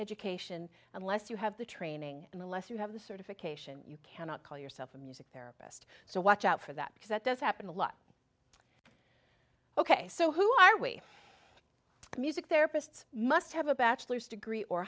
education unless you have the training and unless you have the certification you cannot call yourself a music therapist so watch out for that because that does happen a lot ok so who are we a music therapist must have a bachelor's degree or